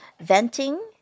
venting